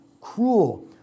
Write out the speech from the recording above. cruel